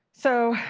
so,